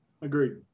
agreed